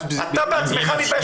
אם אפשר משפט,